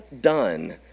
done